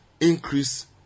increase